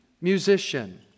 Musician